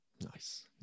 Nice